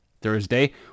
Thursday